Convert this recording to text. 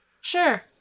Sure